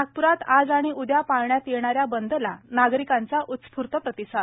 नागप्रात आज आणि उदया पाळण्यात येणाऱ्या बंदला नागरिकांचा उत्स्फूर्त प्रतिसाद